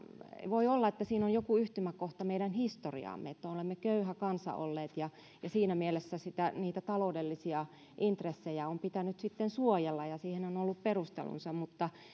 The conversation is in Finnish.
voi olla että siinä on joku yhtymäkohta meidän historiaamme olemme olleet köyhä kansa ja siinä mielessä niitä taloudellisia intressejä on pitänyt sitten suojella ja siihen on ollut perustelunsa mutta